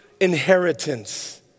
inheritance